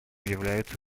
являются